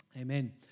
Amen